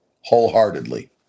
wholeheartedly